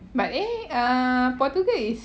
but eh err portugal is